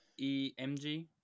EMG